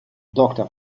doctor